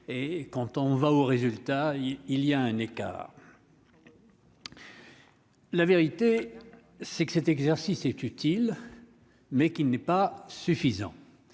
et quand on va aux résultats, il y a un écart. La vérité c'est que cet exercice est utile mais qui n'est pas suffisant